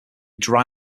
dry